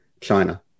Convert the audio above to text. China